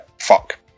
fuck